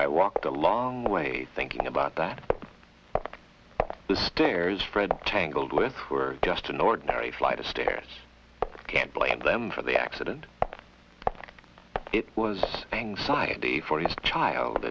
i walked a long ways thinking about that the stairs fred tangled with were just an ordinary flight of stairs i can't blame them for the accident it was anxiety for these child